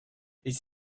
its